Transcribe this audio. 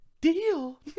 deal